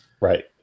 Right